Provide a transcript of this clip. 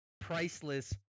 priceless –